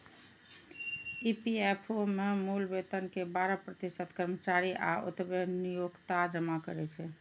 EPFO मे मूल वेतन के बारह प्रतिशत कर्मचारी आ ओतबे नियोक्ता जमा करै छै